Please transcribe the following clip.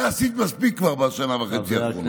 את זה עשית מספיק בשנה וחצי האחרונות.